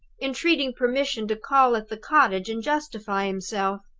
entreating permission to call at the cottage and justify himself.